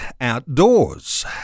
outdoors